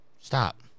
Stop